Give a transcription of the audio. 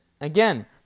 again